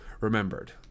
remembered